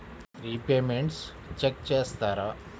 Repayments check చేస్తారా?